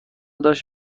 داشت